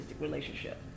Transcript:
relationship